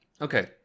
okay